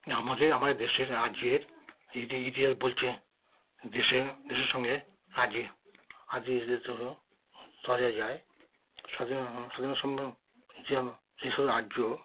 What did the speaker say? আমাদের আমাদের দেশের রাজ্যের ইতি ইতিহাস বলছে দেশের দেশের সঙ্গে রাজ্যে আজ যে ইংরেজ ধরো চলে যায় স্বাধীনতা স্বাধীনতা সংগ্রামী যে যেসব রাজ্য